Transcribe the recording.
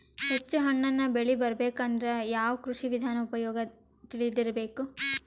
ಹೆಚ್ಚು ಹಣ್ಣನ್ನ ಬೆಳಿ ಬರಬೇಕು ಅಂದ್ರ ಯಾವ ಕೃಷಿ ವಿಧಾನ ಉಪಯೋಗ ತಿಳಿದಿರಬೇಕು?